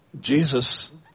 Jesus